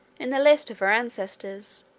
in the list of her ancestors